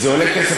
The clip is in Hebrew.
זה עולה כסף.